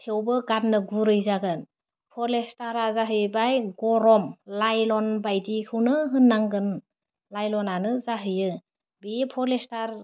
थेवबो गान्नो गुरै जागोन पलिस्टारा जाहैबाय गरम लाइलन बायदिखौनो होन्नांगोन लाइलनानो जाहैयो बे पलिस्टार